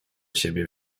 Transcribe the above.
siebie